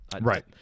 Right